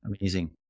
Amazing